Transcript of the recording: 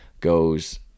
goes